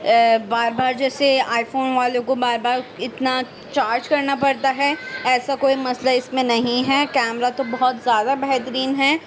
بار بار جیسے iPhone والوں کو بار بار اتنا چارج کرنا پڑتا ہے ایسا کوئی مسئلہ اس میں نہیں ہے کیمرا تو بہت زیادہ بہترین ہے